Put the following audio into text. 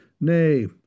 Nay